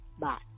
Bye